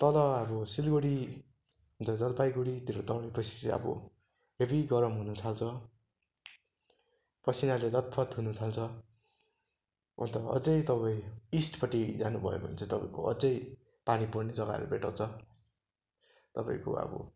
तल अब सिलगढी उता जलपाइगुडीतिर चाहिँ अबो हेभी गरम हुनु थाल्छ पसिनाले लतपत हुनु थाल्छ अन्त अझै तपाईँ इस्टपट्टि जानुभयो भने चाहिँ तपाईँको अझै पानी पर्ने जग्गाहरू भेटाउँछ तपाईँको अब